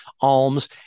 alms